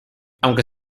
aunque